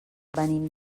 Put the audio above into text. venim